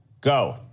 Go